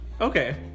Okay